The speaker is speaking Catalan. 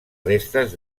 restes